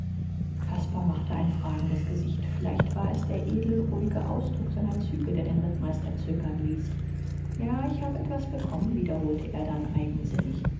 caspar machte ein fragendes gesicht vielleicht war es der edel ruhige ausdruck seiner züge der den rittmeister zögern ließ ja ich hab etwas bekommen wiederholte er dann eigensinnig